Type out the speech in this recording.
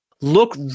look